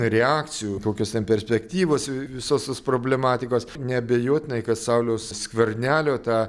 reakcijų tokios ten perspektyvos vi visos tos problematikos neabejotinai sauliaus skvernelio tą